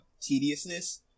tediousness